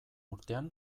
urtean